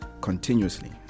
continuously